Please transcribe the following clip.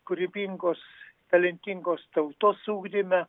kūrybingos talentingos tautos ugdyme